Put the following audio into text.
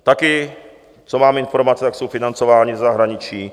Také, co mám informace, jsou financováni ze zahraničí.